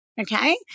okay